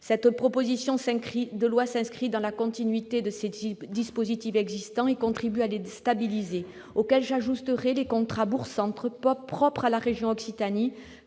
Cette proposition de loi s'inscrit dans la continuité des dispositifs existants et contribue à les stabiliser. J'ajouterai les contrats « bourgs-centres », propres à la région Occitanie,